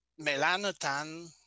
melanotan